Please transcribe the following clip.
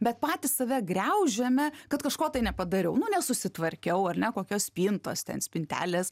bet patys save griaužiame kad kažko tai nepadariau nu nesusitvarkiau ar ne kokios spintos ten spintelės